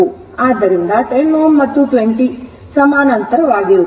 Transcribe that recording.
ಆದ್ದರಿಂದ 10 Ω ಮತ್ತು 20 ಸಮಾನಾಂತರವಾಗಿರುತ್ತವೆ